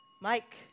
Mike